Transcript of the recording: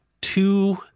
two